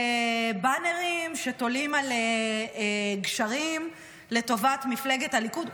זה באנרים שתולים על גשרים לטובת מפלגת הליכוד?